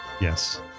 Yes